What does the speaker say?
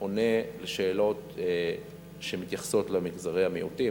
עונה מעל הדוכן על שאלות שמתייחסות למגזרי המיעוטים,